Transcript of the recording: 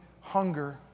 hunger